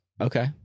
okay